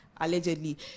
allegedly